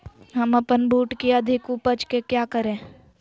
हम अपन बूट की अधिक उपज के क्या करे?